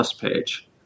page